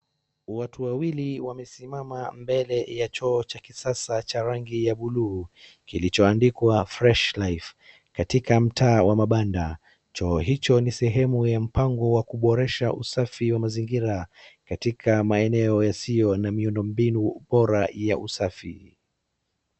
Watu wawili wamesimama mbele ya choo cha kisasa cha rangi ya bluu kilicho andikwa fresh life , katika mtaa wa mabanda. Choo hiiucho ni sehemu ya mpango wa kuboresha usafi wa mazingira katika maeneo yasiyo na miundo mbinu bora ya usafi.